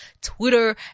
Twitter